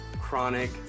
chronic